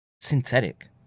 synthetic